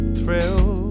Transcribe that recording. thrill